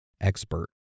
expert